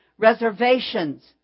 reservations